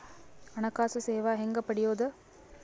ಹಣಕಾಸು ಸೇವಾ ಹೆಂಗ ಪಡಿಯೊದ?